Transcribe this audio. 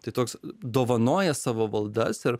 tai toks dovanoja savo valdas ir